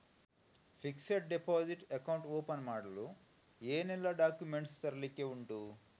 Fixed deposit account open ಮಾಡಲು ಏನೆಲ್ಲಾ documents ತರ್ಲಿಕ್ಕೆ ಉಂಟು?